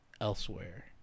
Elsewhere